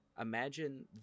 imagine